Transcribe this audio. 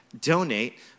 donate